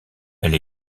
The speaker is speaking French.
elle